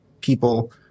people